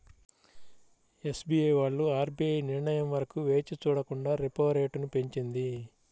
SBI వాళ్ళు RBI నిర్ణయం వరకు వేచి చూడకుండా రెపో రేటును పెంచింది